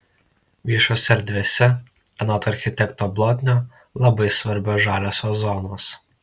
viešose erdvėse anot architekto blotnio labai svarbios žaliosios zonos